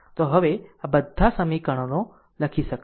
તો હવે આ બધાં સમીકરણો લખી શકશે